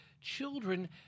children